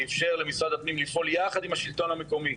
שאפשר למשרד הפנים לפעול יחד עם השלטון המקומי,